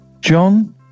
John